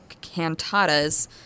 cantatas